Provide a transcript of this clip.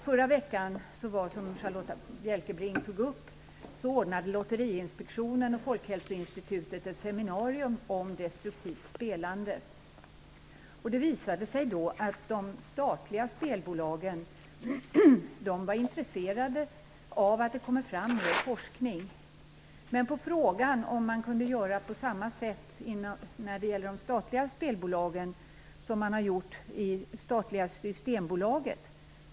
Förra veckan ordnade Lotteriinspektionen och Folkhälsoinstitutet ett seminarium om destruktivt spelande, som Charlotta L Bjälkebring tog upp. Det visade sig då att de statliga spelbolagen var intresserade av att det kommer fram mer forskning. Men på frågan om man kunde göra på samma sätt i de statliga spelbolagen som man har gjort i det statliga Systembolaget svarade man tveksamt.